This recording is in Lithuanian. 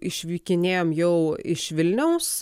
išvykinėjom jau iš vilniaus